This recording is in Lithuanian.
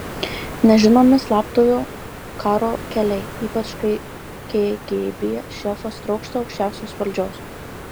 nežinomi slaptojo karo keliai ypač kai kgb šefas trokšta aukščiausios valdžios